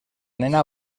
nena